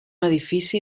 edifici